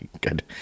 Good